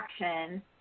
action